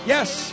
Yes